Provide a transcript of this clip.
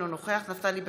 אינו נוכח נפתלי בנט,